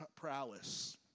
prowess